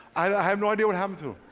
i have no idea what happened to